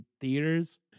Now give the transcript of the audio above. theaters